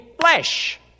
flesh